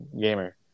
gamer